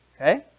Okay